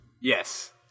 Yes